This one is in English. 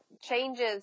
changes